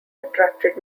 attracted